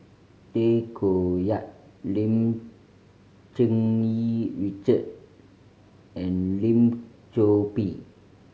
Tay Koh Yat Lim Cherng Yih Richard and Lim Chor Pee